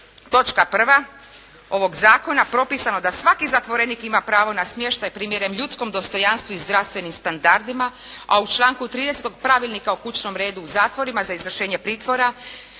točka 1. ovog zakona propisano da svaki zatvorenik ima pravo na smještaj primjeren ljudskom dostojanstvu i zdravstvenim standardima, a u članku 30. Pravilnika o kućnom redu u zatvorima za izvršenje pritvora,